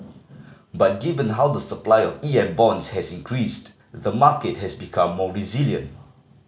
but given how the supply of EM bonds has increased the market has become more resilient